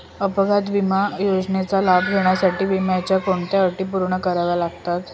अपघात विमा योजनेचा लाभ घेण्यासाठी विम्याच्या कोणत्या अटी पूर्ण कराव्या लागतात?